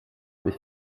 with